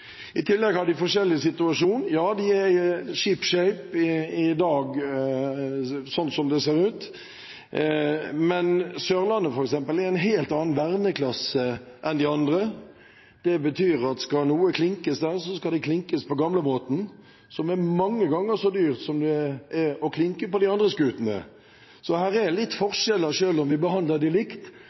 I tillegg er de i forskjellig situasjon. Ja, de er «shipshape» i dag, sånn som det ser ut. Men «Sørlandet», f.eks., er i en helt annen verneklasse enn de andre. Det betyr at skal noe klinkes der, skal det klinkes på gammelmåten, som er mange ganger så dyrt som det er å klinke på de andre skutene. Så her er det litt forskjeller, selv om vi behandler dem likt,